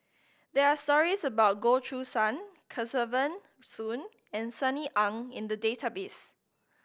there are stories about Goh Choo San Kesavan Soon and Sunny Ang in the database